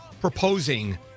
proposing